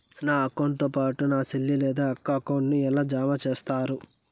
నా అకౌంట్ తో పాటు మా చెల్లి లేదా అక్క అకౌంట్ ను ఎలా జామ సేస్తారు?